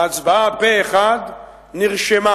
ההצבעה פה-אחד נרשמה.